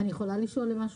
אנחנו מצרפים לכל מכרז כזה